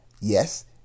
yes